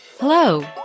Hello